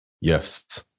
Yes